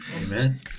Amen